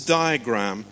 diagram